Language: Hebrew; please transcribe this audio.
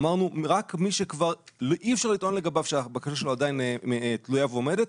אמרנו שרק מי שכבר אי אפשר לטעון לגביו שהבקשה שלו עדיין תלויה ועומדת,